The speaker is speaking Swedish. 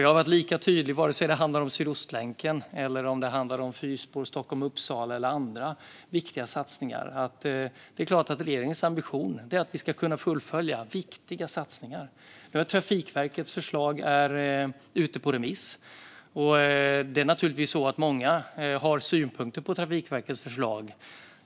Jag har varit lika tydlig, oavsett om det handlar om Sydostlänken, fyrspår Stockholm-Uppsala eller andra viktiga satsningar, med att regeringens ambition är att kunna fullfölja viktiga satsningar. Trafikverkets förslag är ute på remiss. Många har naturligtvis synpunkter på förslaget.